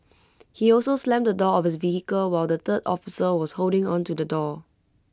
he also slammed the door of his vehicle while the third officer was holding onto the door